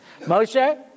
Moshe